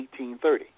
1830